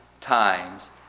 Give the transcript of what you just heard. times